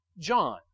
John